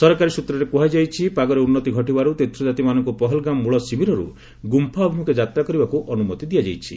ସରକାରୀ ସୂତ୍ରରେ କୁହାଯାଇଛି ପାଗରେ ଉନ୍ନତି ଘଟିବାରୁ ତୀର୍ଥଯାତ୍ରୀମାନଙ୍କୁ ପହଲଗାମ୍ ମଳ ଶିବିରରୁ ଗୁମ୍ଫା ଅଭିମୁଖେ ଯାତ୍ରା କରିବାକୁ ଅନୁମତି ଦିଆଯାଇଛି